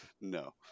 no